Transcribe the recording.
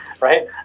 right